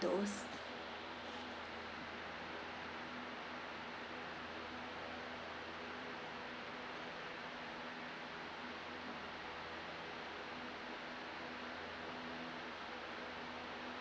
those